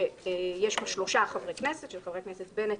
שיש בו שלושה חברי כנסת: בנט,